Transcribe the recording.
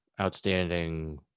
outstanding